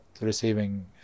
receiving